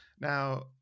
Now